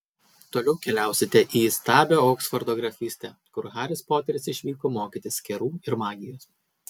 toliau keliausite į įstabią oksfordo grafystę kur haris poteris išvyko mokytis kerų ir magijos